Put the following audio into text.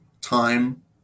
time